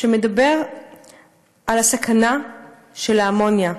שמדבר על הסכנה של האמוניה: